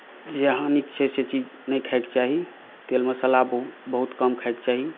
जे हानिक छै से चीज नहि खायके चाही तेल मसाला बहुत कम खायके चाही